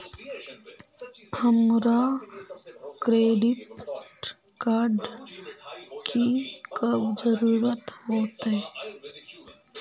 हमरा credit card की कब जरूरत होते?